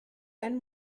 ein